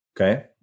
Okay